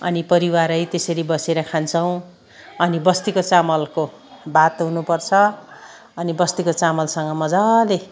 अनि परिवारै त्यसरी बसेर खान्छौँ अनि बस्तीको चामलको भात हुनुपर्छ अनि बस्तीको चामलसँग मजाले